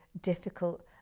difficult